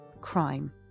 crime